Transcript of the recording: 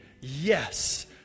yes